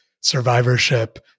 survivorship